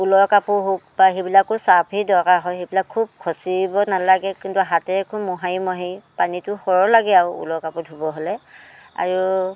ঊলৰ কাপোৰ হওক বা সেইবিলাকো চাৰ্ফে দৰকাৰ হয় সেইবিলাক খুব খচিব নালাগে কিন্তু হাতেৰে খুব মোহাৰি মোহাৰি পানীটো সৰহ লাগে আৰু ঊলৰ কাপোৰ ধুব হ'লে আৰু